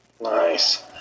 Nice